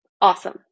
Awesome